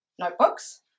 notebooks